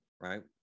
right